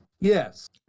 Yes